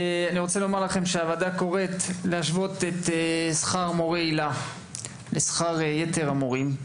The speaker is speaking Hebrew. הוועדה קוראת להשוות את שכר מורי היל"ה לשכר יתר המורים.